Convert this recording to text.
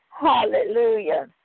Hallelujah